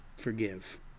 forgive